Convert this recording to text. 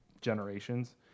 generations